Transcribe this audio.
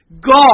God